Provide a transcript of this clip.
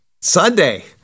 sunday